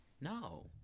No